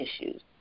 issues